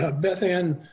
ah beth ann,